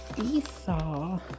Esau